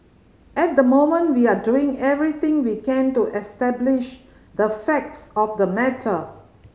at the moment we are doing everything we can to establish the facts of the matter